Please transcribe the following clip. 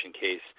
case